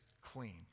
clean